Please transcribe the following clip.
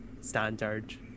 standard